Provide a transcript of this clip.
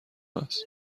است